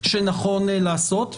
שנכון לעשות.